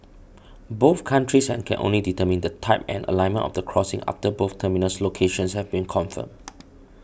both countries and can only determine the type and alignment of the crossing after both terminus locations have been confirmed